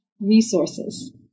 resources